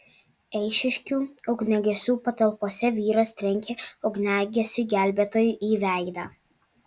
eišiškių ugniagesių patalpose vyras trenkė ugniagesiui gelbėtojui į veidą